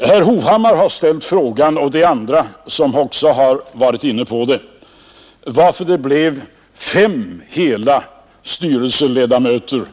Herr Hovhammar har ställt frågan — och det är andra som också har varit inne på detta — varför det blev hela fem representanter för det allmänna som styrelseledamöter